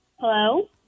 Hello